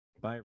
Bye